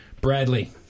Bradley